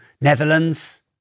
Netherlands